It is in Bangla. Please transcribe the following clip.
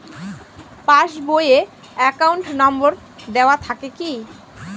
পাস বই এ অ্যাকাউন্ট নম্বর দেওয়া থাকে কি?